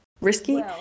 risky